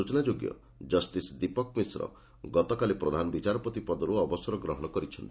ସୂଚନାଯୋଗ୍ୟ ଜଷ୍ଟିସ ଦୀପକ ମିଶ୍ର ଗତକାଲି ପ୍ରଧାନ ବିଚାରପତି ପଦରୁ ଅବସର ଗ୍ରହଣ କରିଛନ୍ତି